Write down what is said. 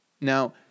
Now